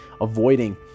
avoiding